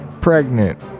pregnant